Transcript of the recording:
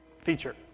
feature